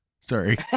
Sorry